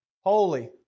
holy